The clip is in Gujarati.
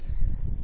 A2 A